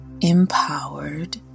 empowered